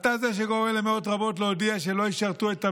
אתה זה שגורם למאות רבות להודיע שלא ישרתו את המלך,